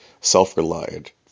self-reliant